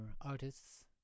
artists